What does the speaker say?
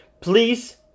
please